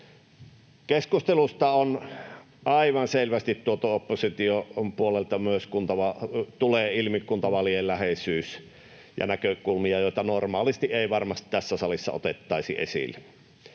Keskustelussa tulee opposition puolelta aivan selvästi ilmi kuntavaalien läheisyys ja näkökulmia, joita normaalisti ei varmasti tässä salissa otettaisi esille.